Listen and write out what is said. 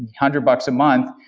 hundred bucks a month,